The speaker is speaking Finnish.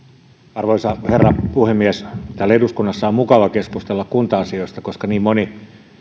arvoisa herra puhemies täällä eduskunnassa on mukava keskustella kunta asioista koska niin monet